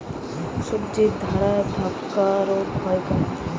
সবজির চারা ধ্বসা রোগ কেন হয়?